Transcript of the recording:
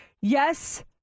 Yes